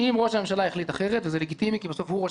אם ראש הממשלה יחליט אחרת וזה לגיטימי כי בסוף הוא ראש